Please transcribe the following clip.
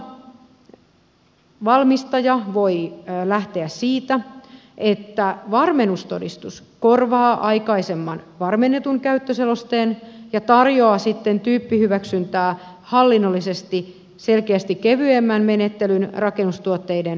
toisaalta valmistaja voi lähteä siitä että varmennustodistus korvaa aikaisemman varmennetun käyttöselosteen ja tarjoaa sitten tyyppihyväksyntää hallinnollisesti selkeästi kevyemmän menettelyn rakennustuotteiden hyväksymiselle